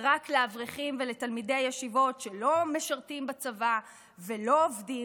רק לאברכים ולתלמידי ישיבות שלא משרתים בצבא ולא עובדים,